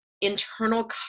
internal